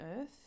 earth